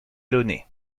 launay